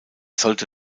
sollte